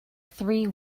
three